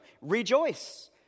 rejoice